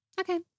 Okay